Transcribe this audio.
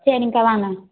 சரிங்க்கா வாங்க